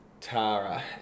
Tara